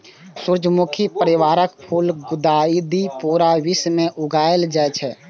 सूर्यमुखी परिवारक फूल गुलदाउदी पूरा विश्व मे उगायल जाए छै